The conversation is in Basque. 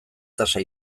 tasa